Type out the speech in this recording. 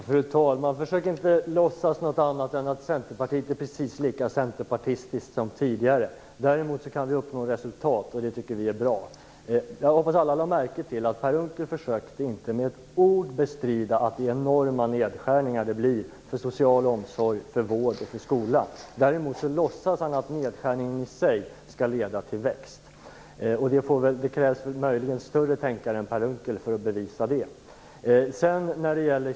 Fru talman! Försök inte låtsas något annat än att Centerpartiet är precis lika centerpartistiskt som tidigare. Däremot kan vi uppnå resultat, och det tycker vi är bra. Jag hoppas att alla lade märke till att Per Unckel inte med ett ord försökte bestrida de enorma nedskärningar det blir för social omsorg, vård och skola. Däremot låtsas han att nedskärningar i sig skall leda till växt. Det krävs möjligen en större tänkare än Per Unckel att bevisa det.